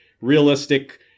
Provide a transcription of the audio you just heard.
realistic